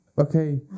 Okay